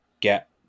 get